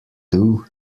two